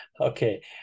Okay